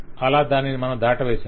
అలా మనం దానిని దాటవేసాం